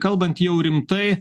kalbant jau rimtai